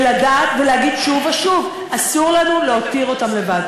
ולדעת ולהגיד שוב ושוב: אסור לנו להותיר אותם לבד.